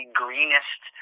greenest